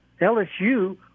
LSU